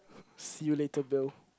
see you later Bil